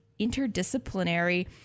interdisciplinary